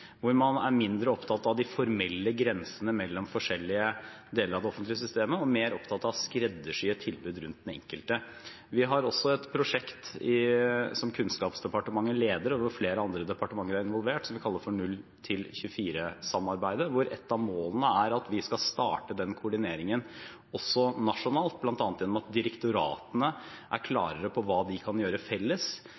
hvor man er mindre opptatt av de formelle grensene mellom forskjellige deler av det offentlige systemet, og mer opptatt av å skreddersy et tilbud rundt den enkelte. Vi har også et prosjekt som Kunnskapsdepartementet leder, og hvor flere andre departementer er involvert, som vi kaller 0–24-samarbeidet. Der er ett av målene at vi skal starte den koordineringen også nasjonalt, bl.a. gjennom at direktoratene er